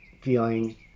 feeling